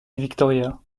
victoria